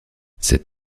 cet